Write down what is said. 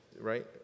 Right